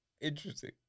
Interesting